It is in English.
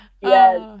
Yes